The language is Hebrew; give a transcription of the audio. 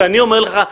שאני אומר לך,